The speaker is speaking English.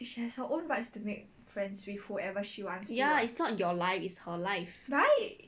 yeah it's not your life is her life